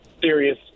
serious